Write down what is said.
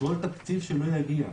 כל תקציב שלא יגיע,